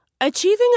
Achieving